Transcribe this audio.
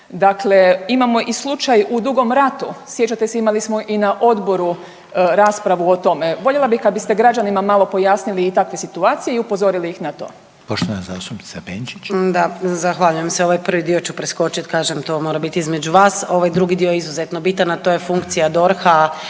Dakle, imamo i slučaj u Dugom Ratu, sjećate se imali smo i na odboru raspravu o tome. Voljela bih kada biste građanima malo pojasnili i takve situacije i upozorili ih na to. **Reiner, Željko (HDZ)** Poštovana zastupnica Benčić. **Benčić, Sandra (Možemo!)** Da, zahvaljujem se, ovaj prvi dio ću preskočit kažem to mora biti između vas, ovaj drugi dio je izuzetno bitan, a to je funkcija DORH-a